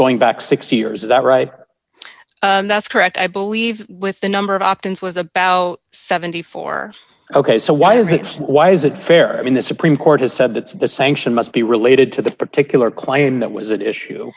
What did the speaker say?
going back six years is that right that's correct i believe with the number of options was about seventy four dollars ok so why is it why is it fair i mean the supreme court has said that the sanction must be related to the particular claim that was at issue